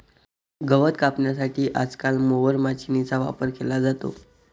गवत कापण्यासाठी आजकाल मोवर माचीनीचा वापर केला जातो